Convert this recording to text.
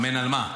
אמן על מה?